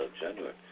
January